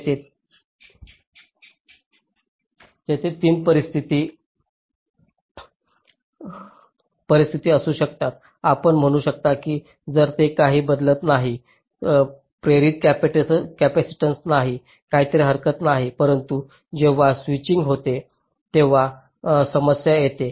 तेथे 3 परिस्थिती असू शकतात आपण म्हणू शकता की जर ते काही बदलत नाहीत प्रेरित कॅपेसिटन्स नाही काही हरकत नाही परंतु जेव्हा स्विचिंग होते तेव्हा समस्या येते